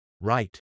right